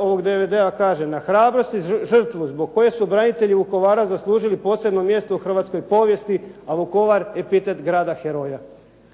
ovog DVD-a kaže: "Na hrabrost i žrtvu zbog koje su branitelji Vukovara zaslužili posebno mjesto u hrvatskoj povijesti a Vukovar epitet grada heroja.!".